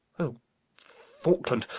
o faulkland!